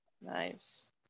Nice